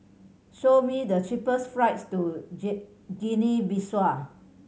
show me the cheapest flights to Guinea Bissau